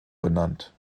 benannt